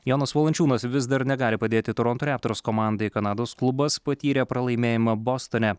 jonas valančiūnas vis dar negali padėti toronto raptors komandai kanados klubas patyrė pralaimėjimą bostone